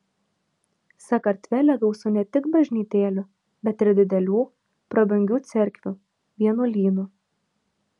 sakartvele gausu ne tik bažnytėlių bet ir didelių prabangių cerkvių vienuolynų